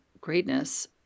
greatness